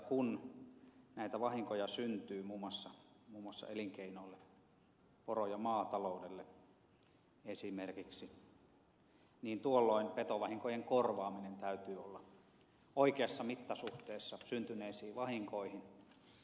kun näitä vahinkoja syntyy muun muassa elinkeinoille poro ja maataloudelle esimerkiksi niin tuolloin petovahinkojen korvaamisen täytyy olla oikeassa mittasuhteessa syntyneisiin vahinkoihin